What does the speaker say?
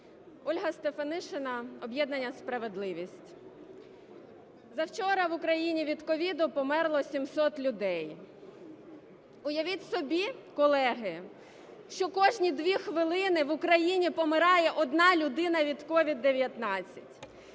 Ольга Стефанишина, об'єднання "Справедливість". За вчора в України від СOVID померло 700 людей. Уявіть собі, колеги, що кожні 2 хвилини в Україні помирає одна людина від СOVID-19.